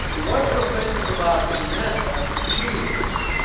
one of the things about geneta, genes,